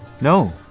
No